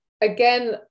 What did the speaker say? again